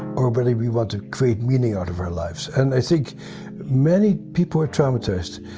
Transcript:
or already we want to create meaning out of our lives. and i think many people are traumatized.